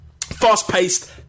Fast-paced